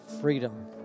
freedom